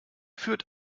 führt